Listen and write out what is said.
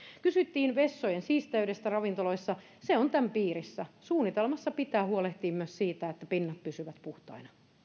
kysyttiin vessojen siisteydestä ravintoloissa se on tämän piirissä suunnitelmassa pitää huolehtia myös siitä että pinnat pysyvät puhtaina